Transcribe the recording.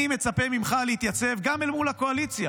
אני מצפה ממך להתייצב גם מול הקואליציה,